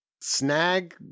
snag